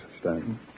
Stanton